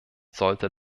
sollte